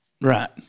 right